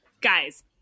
Guys